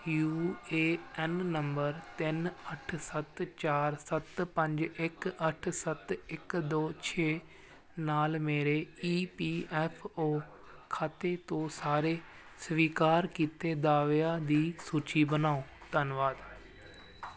you A N number ਤਿੰਨ ਅੱਠ ਸੱਤ ਚਾਰ ਸੱਤ ਪੰਜ ਇੱਕ ਅੱਠ ਸੱਤ ਇੱਕ ਦੋ ਛੇ ਨਾਲ ਮੇਰੇ ਈ ਪੀ ਐਫ ਓ ਖਾਤੇ ਤੋਂ ਸਾਰੇ ਸਵੀਕਾਰ ਕੀਤੇ ਦਾਅਵਿਆਂ ਦੀ ਸੂਚੀ ਬਣਾਓ ਧੰਨਵਾਦ